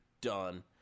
done